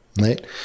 right